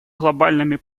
глобальными